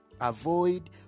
avoid